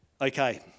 Okay